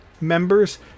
members